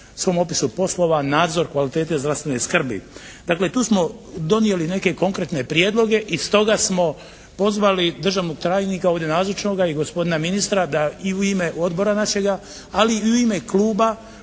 svom opisu poslova nadzor kvalitete zdravstvene skrbi. Dakle, tu smo donijeli neke konkretne prijedloge i stoga smo pozvali državnog tajnika ovdje nazočnoga i gospodina ministra da i u ime odbora našega, ali i u ime kluba,